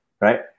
right